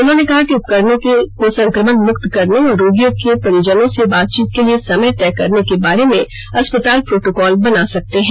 उन्होंने कहा कि उपकरणों को संक्रमण मुक्त करने और रोगियों की परिजनों की बातचीत के लिए समय तय करने के बारे में अस्पताल प्रोटोकॉल बना सकते हैं